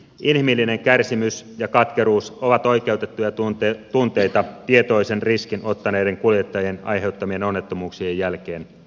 inhimillinen kärsimys ja katkeruus ovat oikeutettuja tunteita tietoisen riskin ottaneiden kuljettajien aiheuttamien onnettomuuksien jälkeen